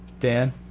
Dan